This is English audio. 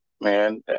man